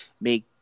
make